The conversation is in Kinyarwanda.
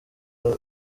ruri